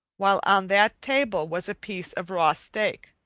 while on that table was a piece of raw steak,